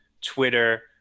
Twitter